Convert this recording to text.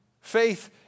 faith